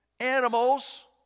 animals